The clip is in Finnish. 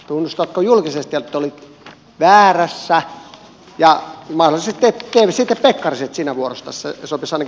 tunnustatko julkisesti että olit väärässä ja mahdollisesti teet nyt sitten pekkariset sinä vuorostasi